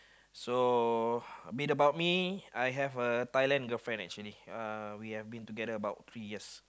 so a bit about me I have a Thailand girlfriend actually uh we've been together about three years